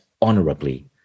honorably